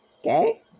Okay